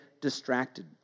distracted